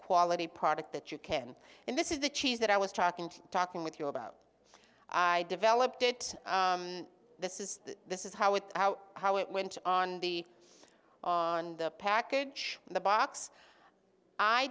quality product that you can and this is the cheese that i was talking to talking with you about i developed it this is this is how it out how it went on the on the package in the box i